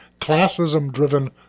classism-driven